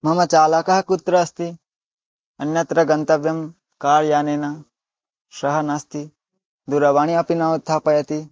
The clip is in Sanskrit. मम चालकः कुत्र अस्ति अन्यत्र गन्तव्यं कार् यानेन सः नास्ति दूरवाणीम् अपि न उत्थापयति